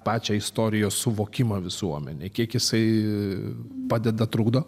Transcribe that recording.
pačią istorijos suvokimą visuomenei kiek jisai padeda trukdo